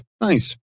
Nice